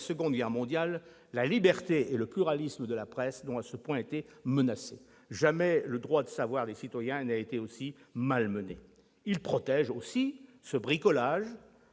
Seconde Guerre mondiale, la liberté et le pluralisme de la presse n'ont à ce point été menacés ; jamais le droit de savoir des citoyens n'a été à ce point malmené. » Ils protègent aussi ce bricolage